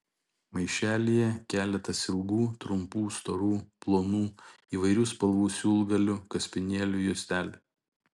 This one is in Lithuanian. maišelyje keletas ilgų trumpų storų plonų įvairių spalvų siūlgalių kaspinėlių juostelių